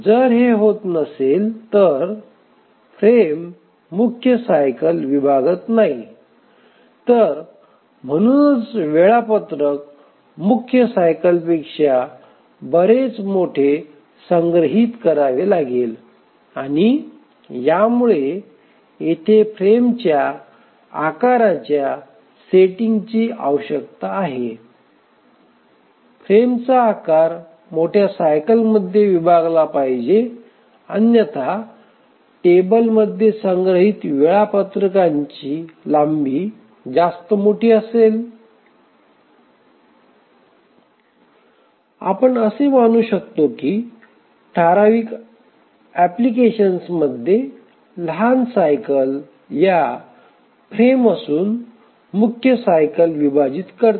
जर हे होत नसेल तर फ्रेम मुख्य सायकल विभागत नाही तर म्हणूनच वेळापत्रक मुख्य सायकलपेक्षा बरेच मोठे संग्रहित करावे लागेल आणि यामुळे येथे फ्रेमच्या आकाराच्या सेटिंगची आवश्यकता आहे फ्रेमचा आकार मोठ्या सायकल मधे विभागला पाहिजे अन्यथा टेबलमध्ये संग्रहित वेळापत्रकांची लांबी जास्त मोठी असेल आपण असे मानू शकतो की ठराविक अप्लिकेशनमधे लहान सायकल हया फ्रेम असून मुख्य सायकल विभाजित करते